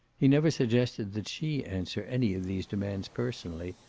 he never suggested that she answer any of these demands personally,